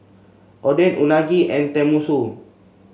Oden Unagi and Tenmusu